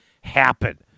happen